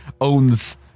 owns